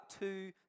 two